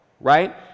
right